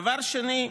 דבר שני,